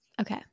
Okay